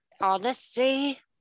honesty